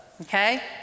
Okay